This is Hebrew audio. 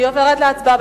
אני עוברת להצבעה.